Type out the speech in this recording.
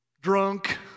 Drunk